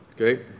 Okay